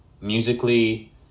musically